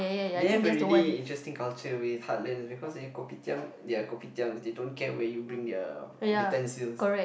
they have a really interesting culture with heartlands because their Kopitiam their Kopitiams they don't care where you bring their utensils